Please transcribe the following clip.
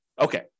okay